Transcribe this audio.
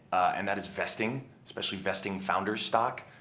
and that is vesting. especially vesting founders stock.